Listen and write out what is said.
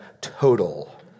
total